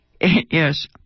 Yes